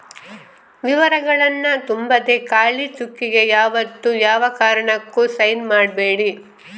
ವಿವರಗಳನ್ನ ತುಂಬದೆ ಖಾಲಿ ಚೆಕ್ಕಿಗೆ ಯಾವತ್ತೂ ಯಾವ ಕಾರಣಕ್ಕೂ ಸೈನ್ ಮಾಡ್ಬೇಡಿ